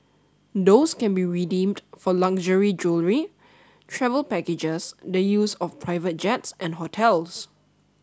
those can be redeemed for luxury jewellery travel packages the use of private jets and hotels